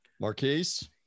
Marquise